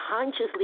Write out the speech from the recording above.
Consciously